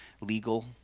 legal